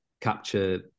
capture